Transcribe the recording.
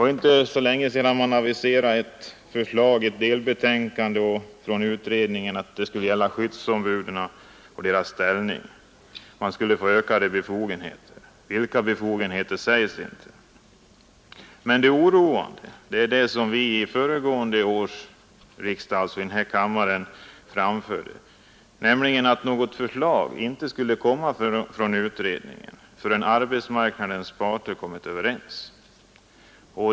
För inte så länge sedan aviserades ett delbetänkande från utredningen angående skyddsombuden och deras ställning; de skulle få ökade befogenheter, men vilka befogenheter sades inte. Vad som oroar oss — vilket vi framhöll vid föregående års riksdag — är att något förslag inte skulle komma från utredningen, förrän arbetsmarknadens parter kommit överens.